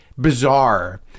bizarre